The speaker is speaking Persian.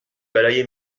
برای